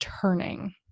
turning